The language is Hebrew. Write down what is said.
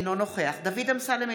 אינו נוכח דוד אמסלם,